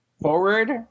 forward